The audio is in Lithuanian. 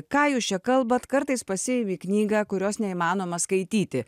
ką jūs čia kalbat kartais pasiimi knygą kurios neįmanoma skaityti